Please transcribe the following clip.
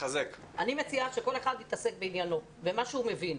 אני מציעה שכל אחד יתעסק בעניינו, במה שהוא מבין.